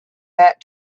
that